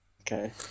okay